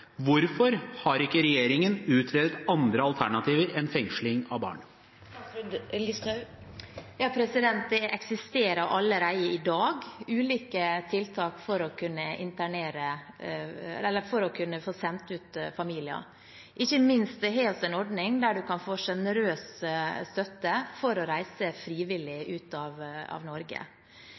Hvorfor har ikke regjeringen utredet andre alternativer enn fengsling av barn? Det eksisterer allerede i dag ulike tiltak for å kunne få sendt ut familier. Ikke minst har vi en ordning der en kan få generøs støtte for å reise frivillig ut av Norge.